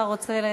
השר רוצה,